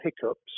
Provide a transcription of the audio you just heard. hiccups